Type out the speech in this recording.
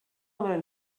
learn